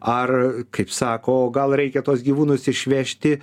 ar kaip sako gal reikia tuos gyvūnus išvežti